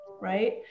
right